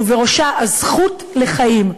ובראשה הזכות לחיים,